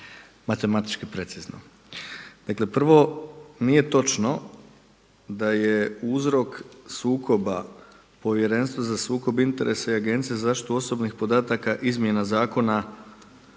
matematički precizno. Dakle prvo, nije točno da je uzrok sukoba Povjerenstva za sukob interesa i Agencije za zaštitu osobnih podataka izmjena Zakona